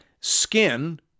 Skin